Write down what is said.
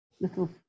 little